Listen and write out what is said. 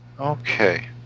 Okay